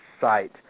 site